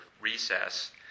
recess